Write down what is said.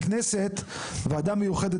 בכנסת וועדה מיוחדת,